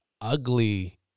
ugly